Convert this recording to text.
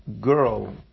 girl